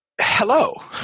hello